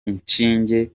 inshinge